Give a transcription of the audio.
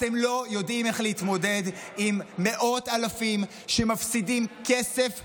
אתם לא יודעים איך להתמודד עם מאות אלפים שמפסידים כסף וזמן,